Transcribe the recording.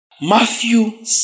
Matthew